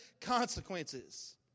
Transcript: consequences